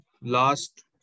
last